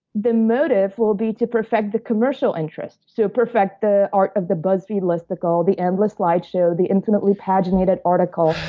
the motive will be to perfect the commercial interest. so, perfect the art of the buzzfeed listicle, the endless slideshow, the infinitely paginated article,